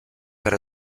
per